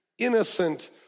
Innocent